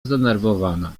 zdenerwowana